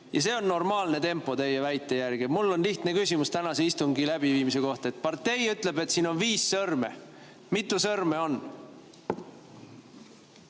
Ja see on normaalne tempo teie väite järgi! Mul on lihtne küsimus tänase istungi läbiviimise kohta: kui partei ütleb, et siin on viis sõrme, siis mitu sõrme on?